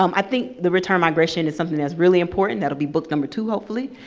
um i think the return migration is something that is really important. that'll be book number two, hopefully.